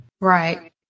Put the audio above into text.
Right